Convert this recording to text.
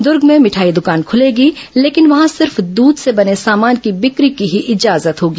दर्ग में मिठाई दकान खुलेगी लेकिन वहां सिर्फ दूध से बने सामान की विक्री की ही इजाजत होगी